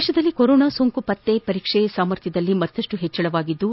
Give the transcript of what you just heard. ದೇಶದಲ್ಲಿ ಕೊರೋನಾ ಸೋಂಕು ಪತ್ತೆ ಪರೀಕ್ಷೆ ಸಾಮರ್ಥ್ಯದಲ್ಲಿ ಮತ್ತಪ್ಪು ಹೆಚ್ಚಳವಾಗಿದ್ದು